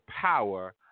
power